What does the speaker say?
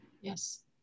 Yes